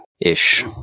ish